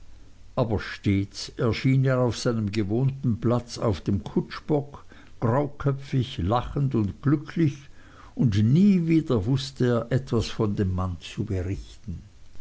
aber stets erschien er auf seinem gewohnten platz auf dem kutschbock grauköpfig lachend und glücklich und nie wieder wußte er etwas von dem mann zu berichten